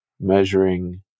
measuring